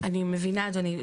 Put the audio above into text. אני מבינה, אדוני.